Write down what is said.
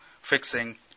fixing